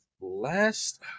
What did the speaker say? last